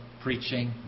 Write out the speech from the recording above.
preaching